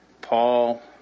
Paul